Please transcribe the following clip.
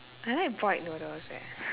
I like boiled noodles leh